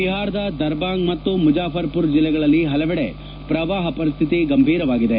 ಬಿಹಾರದ ದರ್ಭಾಂಗ್ ಮತ್ತು ಮುಜಾಫರ್ಮರ ಜಿಲ್ಲೆಗಳಲ್ಲಿ ಹಲವೆಡೆ ಪ್ರವಾಹ ಪರಿಸ್ಠಿತಿ ಗಂಭೀರವಾಗಿದೆ